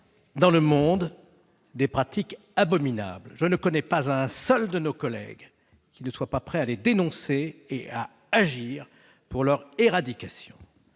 dans le monde, des pratiques abominables. Je ne sache pas qu'un seul de nos collègues ne soit pas prêt à les dénoncer et à agir pour leur éradication